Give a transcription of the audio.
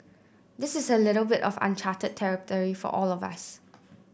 this is a little bit of uncharted territory for all of us